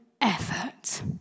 effort